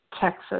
Texas